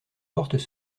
portes